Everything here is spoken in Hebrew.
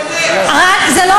אבל זו האמת.